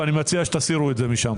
ואני מציע שתסירו את זה משם.